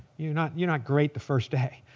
you're not you're not great the first day.